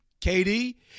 KD